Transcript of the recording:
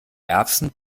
erbsen